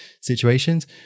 situations